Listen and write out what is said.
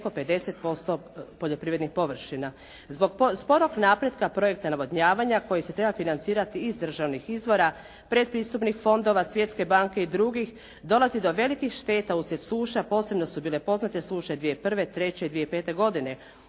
preko 50% poljoprivrednih površina. Zbog sporog napretka projekta navodnjavanja koji se treba financirati iz državnih izvora, predpristupnih fondova, svjetske banke i drugih dolazi do velikih šteta uslijed suša, posebno su bile poznate suše 2001., '03., i 2005. godine,